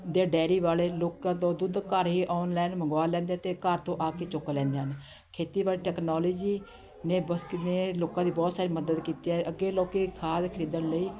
ਦੇ ਡੇਅਰੀ ਵਾਲੇ ਲੋਕਾਂ ਤੋਂ ਦੁੱਧ ਘਰ ਹੀ ਔਨਲਾਈਨ ਮੰਗਵਾ ਲੈਂਦੇ ਅਤੇ ਘਰ ਤੋਂ ਆ ਕੇ ਚੁੱਕ ਲੈਂਦੇ ਹਨ ਖੇਤੀਬਾੜੀ ਟੈਕਨੋਲੋਜੀ ਨੇ ਨੇ ਲੋਕਾਂ ਦੀ ਬਹੁਤ ਸਾਰੀ ਮਦਦ ਕੀਤੀ ਹੈ ਅੱਗੇ ਲੋਕ ਖਾਦ ਖਰੀਦਣ ਲਈ